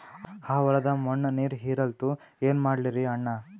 ಆ ಹೊಲದ ಮಣ್ಣ ನೀರ್ ಹೀರಲ್ತು, ಏನ ಮಾಡಲಿರಿ ಅಣ್ಣಾ?